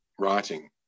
writing